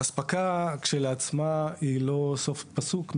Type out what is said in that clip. האספקה שלעצמה היא לא סוף פסוק.